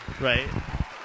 Right